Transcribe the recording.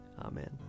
Amen